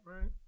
right